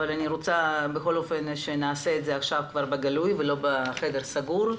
אני רוצה שנעשה את זה עכשיו בגלוי ולא בחדר סגור.